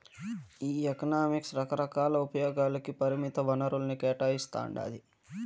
ఈ ఎకనామిక్స్ రకరకాల ఉపయోగాలకి పరిమిత వనరుల్ని కేటాయిస్తాండాది